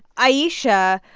ayesha,